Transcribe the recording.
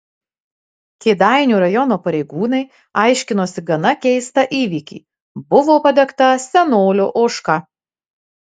kėdainių rajono pareigūnai aiškinosi gana keistą įvykį buvo padegta senolio ožka